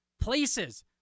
places